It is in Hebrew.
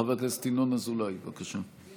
חבר הכנסת ינון אזולאי, בבקשה.